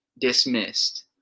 Dismissed